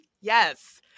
yes